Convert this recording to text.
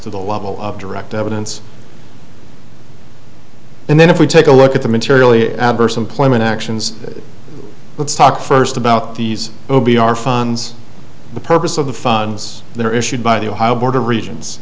to the level of direct evidence and then if we take a look at the materially adverse employment actions let's talk first about these o b our funds the purpose of the funds that are issued by the ohio border regions